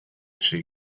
czy